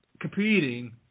competing